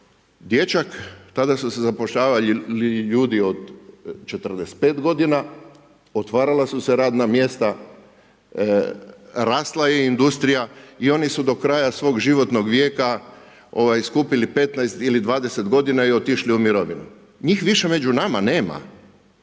dječak, tada su se zapošljavali ljudi od 45 godina, otvarala su se radna mjesta, rasla je industrija i oni su do kraja svog životnog vijeka skupili 15 ili 20 godina i otišli u mirovinu. Njih više među nama nema.